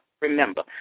remember